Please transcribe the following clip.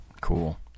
Cool